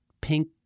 pink